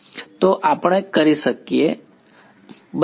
વિદ્યાર્થી અને જો મળે તો આપણે કરી શકીએ બરાબર